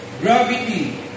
gravity